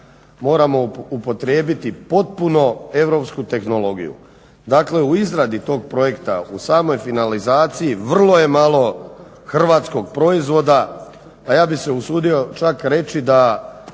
moramo upotrijebiti potpuno europsku tehnologiju. Dakle, u izradi tog projekta u samoj finalizaciji vrlo je malo hrvatskog proizvoda, a ja bih se usudio čak reći da